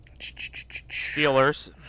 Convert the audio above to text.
Steelers